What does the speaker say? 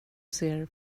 ser